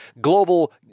global